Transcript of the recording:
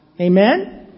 Amen